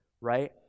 right